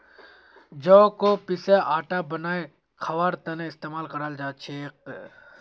जौ क पीसे आटा बनई खबार त न इस्तमाल कराल जा छेक